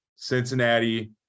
Cincinnati